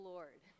Lord